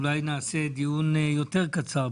אולי נעשה דיון יותר קצר,